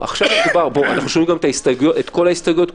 אנחנו שומעים עכשיו את כל ההסתייגויות?